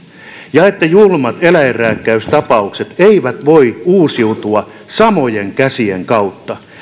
ja niin että julmat eläinrääkkäystapaukset eivät voi uusiutua samojen käsien kautta